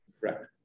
correct